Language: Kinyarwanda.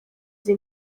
izi